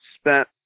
spent